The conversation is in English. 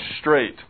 straight